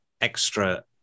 extra